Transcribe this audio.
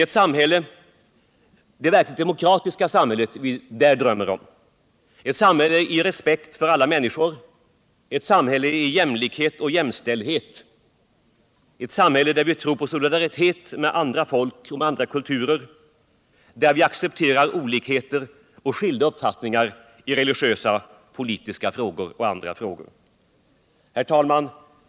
Det är ett verkligt demokratiskt samhälle jag då tänker pa, ett samhälle med respekt för ulla människor, ot samhälle med jämlikhet och jämställdhet, ett samhälle där vi tror på solidaritet med andra folk och kulturer och där vi accepterar olikheter och skilda uppfattningar i Nytt statsbidrag religiösa, politiska och andra frågor. Herr talman!